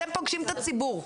אתם פוגשים את הציבור.